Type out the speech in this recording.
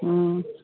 ꯎꯝ